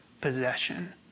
possession